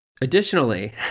Additionally